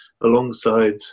alongside